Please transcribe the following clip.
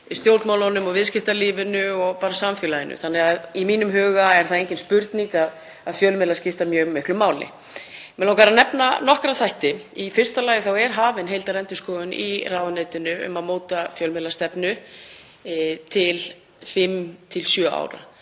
í stjórnmálum, viðskiptalífinu og samfélaginu, þannig að í mínum huga er engin spurning að fjölmiðlar skipta mjög miklu máli. Mig langar að nefna nokkra þætti. Í fyrsta lagi er hafin heildarendurskoðun í ráðuneytinu um að móta fjölmiðlastefnu til 5–7 ára.